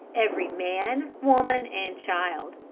every man, woman and child.